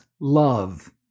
love